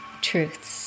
truths